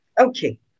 Okay